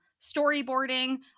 storyboarding